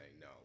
no